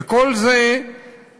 וכל זה ימומן,